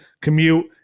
commute